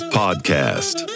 podcast